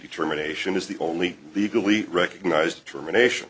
determination is the only legally recognized termination